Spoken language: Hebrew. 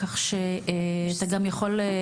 כך שאתה גם יכול,